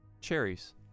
Cherries